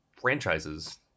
franchises